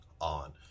on